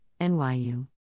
NYU